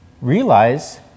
Realize